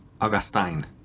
Augustine